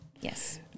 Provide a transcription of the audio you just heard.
Yes